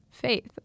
faith